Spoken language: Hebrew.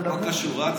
אנחנו נבוא.